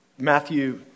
Matthew